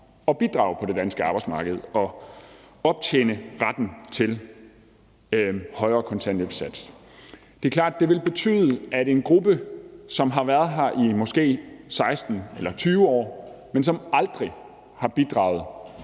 at bidrage på det danske arbejdsmarked og optjene retten til en højere kontanthjælpssats. Det er klart, at det, når det drejer sig om nogle af dem, som har været her i måske 16 eller 20 år, men som aldrig har bidraget